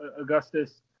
Augustus